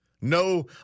no